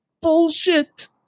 bullshit